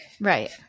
Right